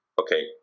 okay